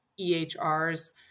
EHRs